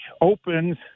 opens